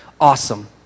awesome